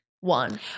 one